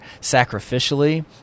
sacrificially